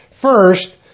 First